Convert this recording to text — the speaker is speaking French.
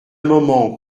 moment